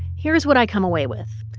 here's what i come away with.